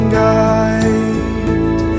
guide